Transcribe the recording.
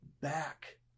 back